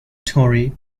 tory